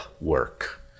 work